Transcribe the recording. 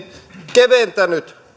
keventänyt